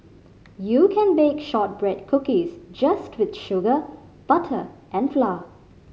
you can bake shortbread cookies just with sugar butter and flour